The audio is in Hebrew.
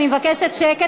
אני מבקשת שקט,